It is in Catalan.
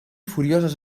furioses